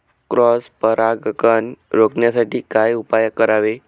Cross परागकण रोखण्यासाठी काय उपाय करावे?